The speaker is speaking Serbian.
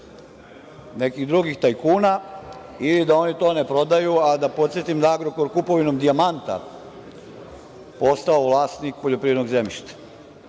nekih drugih tajkuna i da oni to ne prodaju, a da podsetim da je „Agrokor“ kupovinom „Dijamanta“ postao vlasnik poljoprivrednog zemljišta.